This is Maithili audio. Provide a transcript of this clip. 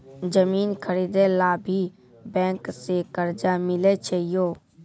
जमीन खरीदे ला भी बैंक से कर्जा मिले छै यो?